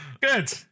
Good